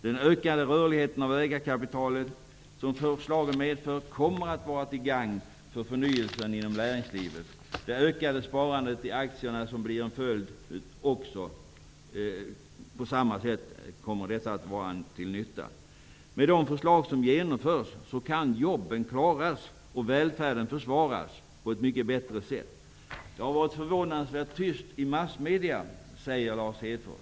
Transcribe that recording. Den ökade rörlighet av ägarkapitalet som förslagen medför kommer att vara till gagn för förnyelsen inom näringslivet. Det ökade sparandet i aktier som blir en följd kommer på samma sätt att vara till nytta. Med de förslag som genomförs kan jobben klaras och välfärden försvaras på ett mycket bättre sätt. Det har varit förvånansvärt tyst i massmedierna, säger Lars Hedfors.